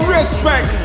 Respect